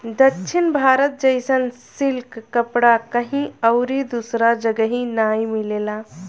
दक्षिण भारत जइसन सिल्क कपड़ा कहीं अउरी दूसरा जगही नाइ मिलेला